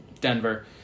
Denver